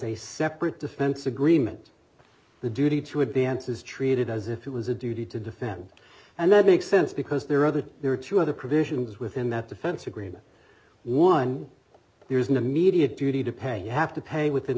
a separate defense agreement the duty to advance is treated as if it was a duty to defend and that makes sense because there are other there are two other provisions within that defense agreement one there's an immediate duty to pay you have to pay within